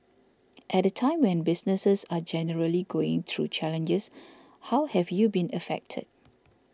at a time when businesses are generally going through challenges how have you been affected